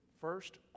first